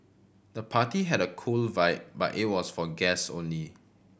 the party had a cool vibe but it was for guest only